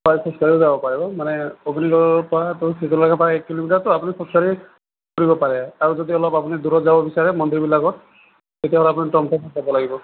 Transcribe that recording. হয় খোজ কাঢ়িও যাব পাৰিব মানে অগ্নিগড়ৰ পৰা চিত্ৰলেখা পাৰ্ক এক কিলোমিটাৰটো আপুনি খোজ কাঢ়ি ঘূৰিব পাৰে আৰু যদি অলপ আপুনি দূৰত যাব বিচাৰে মন্দিৰবিলাকত তেতিয়াহ'লে আপুনি টমটমত যাব লাগিব